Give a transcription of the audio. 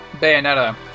Bayonetta